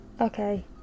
Okay